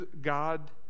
God